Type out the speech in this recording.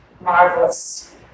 marvelous